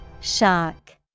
Shock